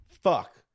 fuck